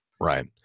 Right